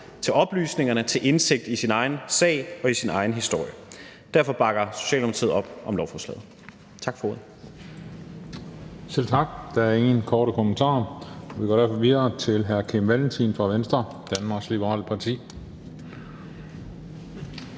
til oplysningerne til indsigt i ens egen sag og i ens egen historie. Derfor bakker Socialdemokratiet op om lovforslaget. Tak for ordet. Kl. 15:09 Den fg. formand (Christian Juhl): Selv tak. Der er ingen korte bemærkninger, og vi går derfor videre til hr. Kim Valentin fra Venstre, Danmarks Liberale Parti.